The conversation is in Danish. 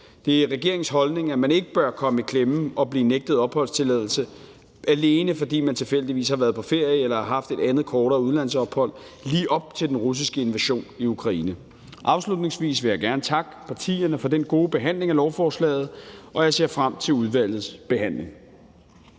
Det er regeringens holdning, at man ikke bør komme i klemme og blive nægtet opholdstilladelse, alene fordi man tilfældigvis har været på ferie eller har haft et andet kortere udlandsophold lige op til den russiske invasion i Ukraine. Afslutningsvis vil jeg gerne takke partierne for den gode behandling af lovforslaget, og jeg ser frem til udvalgets behandling.